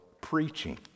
preaching